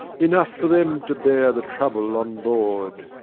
enough for them to bear the trouble on board.